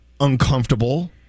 Uncomfortable